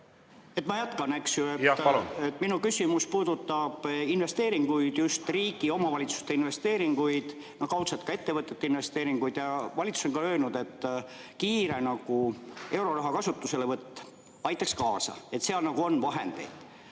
Ma jätkan. Minu küsimus puudutab investeeringuid, just riigi ja omavalitsuste investeeringuid, kaudselt ka ettevõtete investeeringuid. Valitsus on öelnud, et kiire euroraha kasutuselevõtt aitaks kaasa, seal on vahendeid.